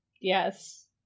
Yes